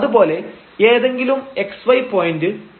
അതുപോലെ ഏതെങ്കിലും x y point ഈ